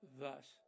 Thus